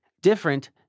different